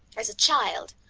as a child,